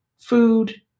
food